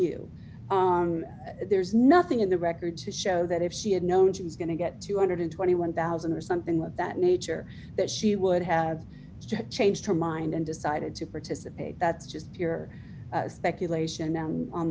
you there's nothing in the records to show that if she had known she's going to get two hundred and twenty one thousand dollars or something of that nature that she would have changed her mind and decided to participate that's just pure speculation now on